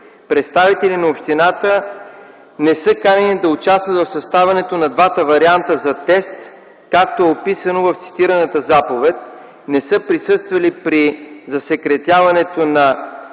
Представители на общината не са канени да участват в съставянето на двата варианта за тест, както е описано в цитираната заповед. Не са присъствали при засекретяването на